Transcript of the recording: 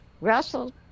Russell